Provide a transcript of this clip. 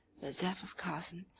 the death of cazan,